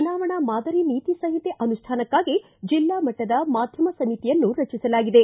ಚುನಾವಣಾ ಮಾದರಿ ನೀತಿ ಸಂಹಿತೆ ಅನುಷ್ಟಾನಕ್ಕಾಗಿ ಜಿಲ್ಲಾ ಮಟ್ಟದ ಮಾಧ್ಜಮ ಸಮಿತಿಯನ್ನು ರಚಿಸಲಾಗಿದೆ